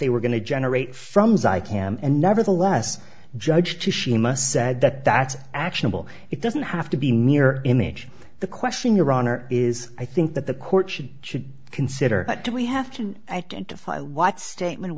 they were going to generate from site him and nevertheless judge to she must said that that's actionable it doesn't have to be near image the question your honor is i think that the court should should consider but do we have to identify what statement